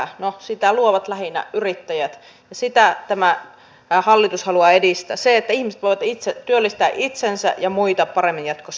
no sitä luovat lähinnä yrittäjät ja sitä tämä hallitus haluaa edistää että ihmiset voivat työllistää itsensä ja muita paremmin jatkossa